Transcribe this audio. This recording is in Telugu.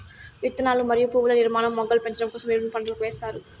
విత్తనాలు మరియు పువ్వుల నిర్మాణం, మొగ్గలు పెరగడం కోసం ఎరువులను పంటలకు ఎస్తారు